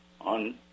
on